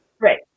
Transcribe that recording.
right